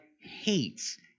hates